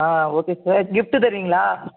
ஆ okay sir gift தருவீங்களா